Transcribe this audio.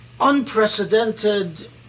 unprecedented